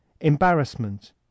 embarrassment